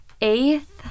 Eighth